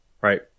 Right